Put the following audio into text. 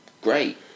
great